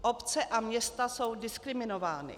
Obce a města jsou diskriminovány.